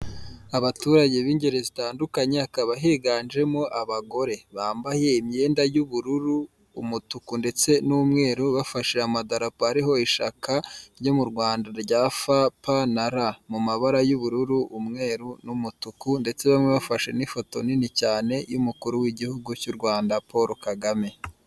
Abaturage b'ingeri zitandukanye hakaba higanjemo abagore bambaye imyenda y'ubururu umutuku ndetse n'umweru bafashe amadarapo ariho ishyaka ryo mu Rwanda rya fa pa na ra mu mabara y'ubururu umweru n'umutuku ndetse bamwe bafashe n'ifoto nini cyane y'umukuru w'igihugu cy'u Rwanda paul kagame.